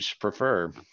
prefer